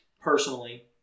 personally